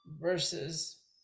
versus